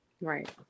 Right